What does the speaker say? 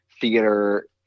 theater